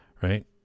right